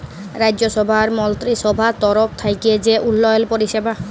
রাজ্যসভার মলত্রিসভার তরফ থ্যাইকে যে উল্ল্যয়ল পরিষেবা